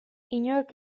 inork